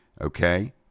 Okay